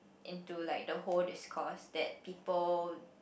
into like the whole discourse that people